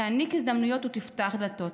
תעניק הזדמנויות ותפתח דלתות.